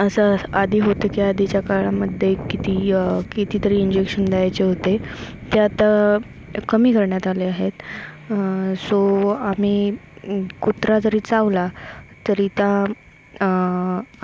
असं आधी होतं की आधीच्या काळामध्ये कितीही कितीतरी इंजेक्शन द्यायचे होते त्या आता कमी करण्यात आले आहेत सो आम्ही कुत्रा जरी चावला तरी तर